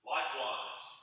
Likewise